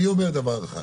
אני אומר דבר אחד,